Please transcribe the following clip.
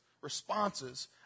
responses